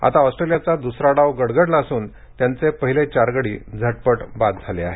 आता ऑस्ट्रेलियाचा दुसरा डाव गडगडला असून त्यांचे पहिले चार गडी झटपट बाद झाले आहेत